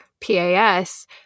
PAS